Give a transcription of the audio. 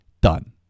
done